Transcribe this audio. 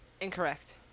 Incorrect